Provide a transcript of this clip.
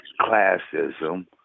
classism